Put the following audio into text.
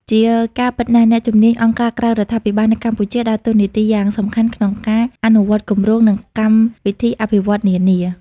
ជាការពិណាស់អ្នកជំនាញអង្គការក្រៅរដ្ឋាភិបាលនៅកម្ពុជា ដើរតួនាទីយ៉ាងសំខាន់ក្នុងការអនុវត្តគម្រោង និងកម្មវិធីអភិវឌ្ឍន៍នានា។